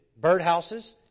birdhouses